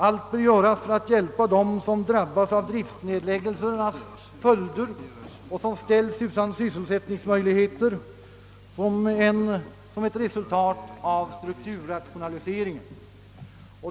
Allt bör göras för att hjälpa dem som drabbas av driftnedläggelsernas följder och som ställs utan sysselsättningsmöjlighet på grund av strukturrationaliseringen.